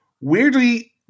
Weirdly